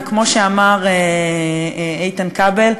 וכמו שאמר איתן כבל,